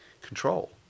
control